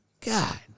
God